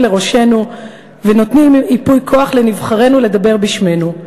לראשינו ונותנים ייפוי כוח לנבחרינו לדבר בשמנו,